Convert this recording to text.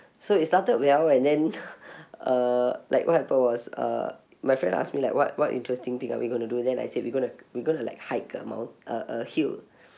so it started well and then uh like what happened was uh my friend asked me like what what interesting thing are we going to do then I said we're going to we're going to like hike up mount~ a a hill